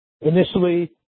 initially